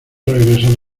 regresar